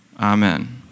Amen